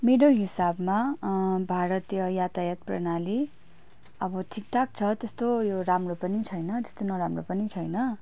मेरो हिसाबमा भारतीय यातायात प्रणाली अब ठिकठाक छ त्यस्तो उयो राम्रो पनि छैन त्यस्तो नराम्रो पनि छैन